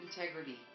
integrity